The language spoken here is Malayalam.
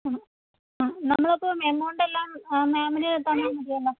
ആ ആ നമ്മൾ അപ്പോൾ എമൗണ്ട് എല്ലാം മാമിന് തന്നാൽ മതിയല്ലോ